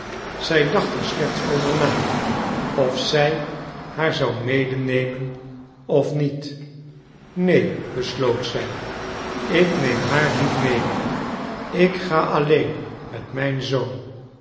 zij dacht er slechts over na of zij haar zou medenemen of niet neen besloot zij ik neem haar niet mede ik ga alleen met mijn zoon